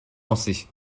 lancer